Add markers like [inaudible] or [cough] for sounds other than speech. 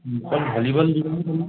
অকল ভলীবল দিব [unintelligible]